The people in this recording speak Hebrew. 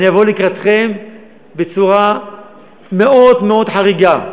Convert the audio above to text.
אני אבוא לקראתכם בצורה מאוד מאוד חריגה.